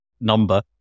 Number